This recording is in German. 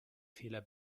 fehler